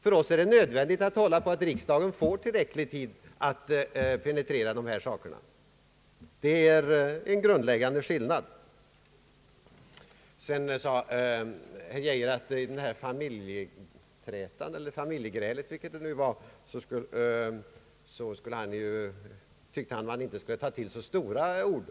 För oss är det nödvändigt att hålla på att riksdagen får tillräcklig tid att penetrera de förslag som framläggs — det är en grundläggande skillnad. Herr Geijer tyckte inte att vi i denna familjeträta, som han kallade det, skulle behöva ta till så stora ord.